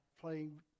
playing